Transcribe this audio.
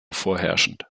vorherrschend